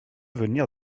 venir